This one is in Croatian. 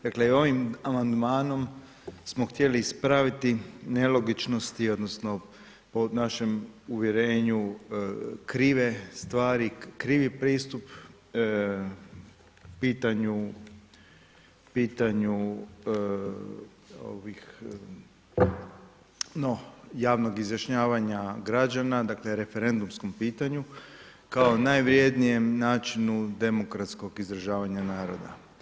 Dakle, i ovim amandmanom smo htjeli ispraviti nelogičnosti odnosno po našem uvjerenju krive stvari, krivi pristup pitanju, pitanju ovih, no, javnog izjašnjavanja građana, dakle, referendumskom pitanju, kao najvrjednijem načinu demokratskog izražavanja naroda.